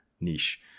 niche